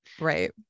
right